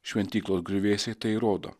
šventyklos griuvėsiai tai rodo